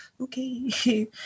okay